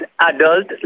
adult